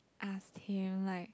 ask him like